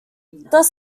thus